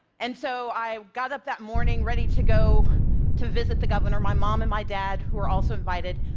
and so i got up that morning, ready to go to visit the governor. my mom and my dad, who were also invited,